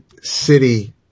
City